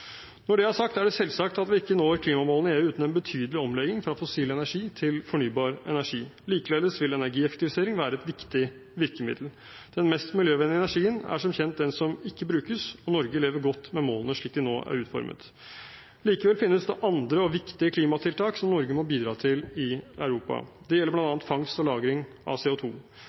Når det er sagt, er det selvsagt at vi ikke når klimamålene i EU uten en betydelig omlegging fra fossil energi til fornybar energi. Likeledes vil energieffektivisering være et viktig virkemiddel. Den mest miljøvennlige energien er som kjent den som ikke brukes, og Norge lever godt med målene slik de nå er utformet. Likevel finnes det andre og viktige klimatiltak som Norge må bidra til i Europa. Det gjelder bl.a. fangst og lagring av